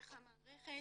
איך המערכת,